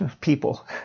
people